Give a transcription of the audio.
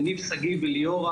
לניב שגיא ולליאורה,